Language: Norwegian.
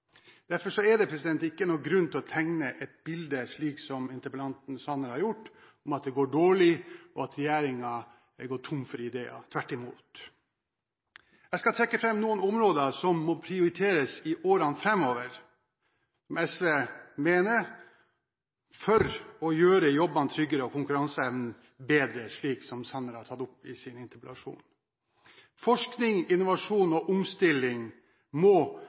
Derfor er det ikke noen grunn til, som interpellanten Sanner gjør, å tegne et bilde av hvor dårlig det går, og at regjeringen er tom for ideer – tvert imot. Jeg skal trekke fram noen områder som SV mener må prioriteres i årene framover, for å gjøre jobbene tryggere og konkurranseevnen bedre, slik Sanner har tatt opp i sin interpellasjon. Forskning, innovasjon og omstilling må